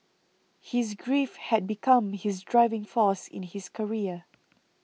his grief had become his driving force in his career